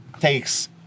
takes